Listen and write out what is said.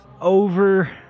over